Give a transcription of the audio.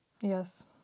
Yes